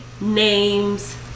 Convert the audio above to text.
names